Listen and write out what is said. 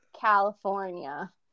California